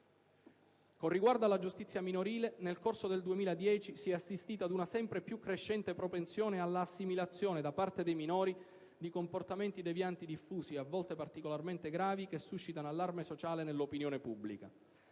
Con riguardo alla giustizia minorile, nel corso del 2010 si è assistito ad una sempre crescente propensione all'assimilazione, da parte dei minori, di comportamenti devianti diffusi, a volte particolarmente gravi, che suscitano allarme sociale nell'opinione pubblica.